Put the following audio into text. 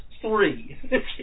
three